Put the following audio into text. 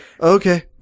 okay